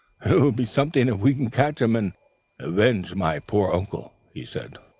it will be something if we can catch him, and avenge my poor uncle he said.